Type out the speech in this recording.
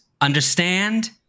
understand